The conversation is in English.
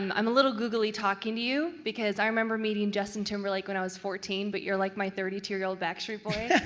and i'm a little googly talking to you because i remember meeting justin timberlake when i was fourteen, but you're like my thirty two year old backstreet boy.